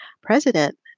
president